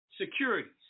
securities